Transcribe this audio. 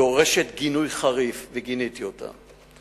דורשת גינוי חריף, וגיניתי אותה.